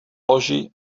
loži